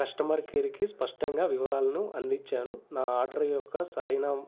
customer కేర్కి స్పష్టంగా వివరాలను అందించాను నా ఆర్డర్ యొక్క సరైన